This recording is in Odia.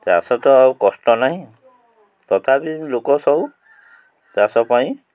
ଚାଷ ତ ଆଉ କଷ୍ଟ ନାହିଁ ତଥାପି ଲୋକ ସବୁ ଚାଷ ପାଇଁ